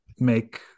make